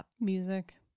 Music